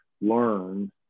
learn